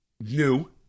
New